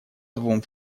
двум